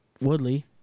Woodley